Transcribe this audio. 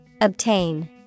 obtain